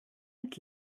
mit